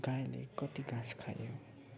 गाईले कति घाँस खायो